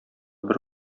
бер